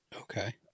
Okay